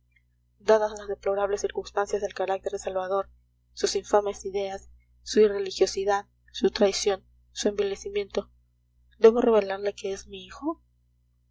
dadas las deplorables circunstancias del carácter de salvador sus infames ideas su irreligiosidad su traición su envilecimiento debo revelarle que es mi hijo